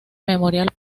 memorial